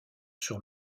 sur